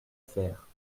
faire